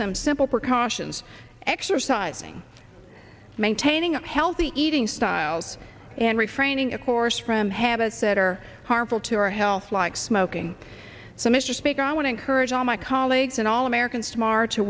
some simple precautions exercising maintaining a healthy eating styles and refraining of course from habits that are harmful to our health like smoking so mr speaker i want to encourage all my colleagues and all americans smart to